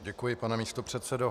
Děkuji, pane místopředsedo.